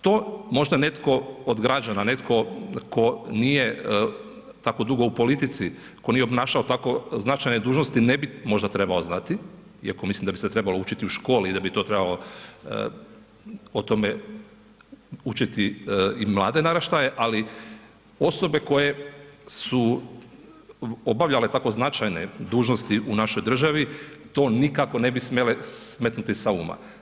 To možda netko od građana, netko tko nije tako dugo u politici, tko nije obnašao tako značajne dužnosti ne bi možda trebao znati iako mislim da bi se trebalo učiti u školi i da bi to trebalo o tome učiti i mlade naraštaje, ali osobe koje su obavljale tako značajne dužnosti u našoj državi to nikako ne bi smjele smetnuti s uma.